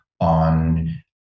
on